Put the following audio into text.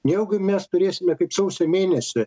nejaugi mes turėsime kaip sausio mėnesį